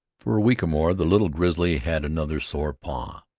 for a week or more the little grizzly had another sore paw,